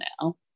now